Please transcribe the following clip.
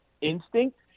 instinct